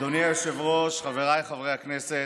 אדוני היושב-ראש, חבריי חברי הכנסת,